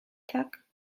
tak